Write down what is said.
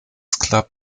club